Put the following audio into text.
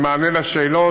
במענה על השאלות,